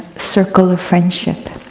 circle of friendship.